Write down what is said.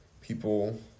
People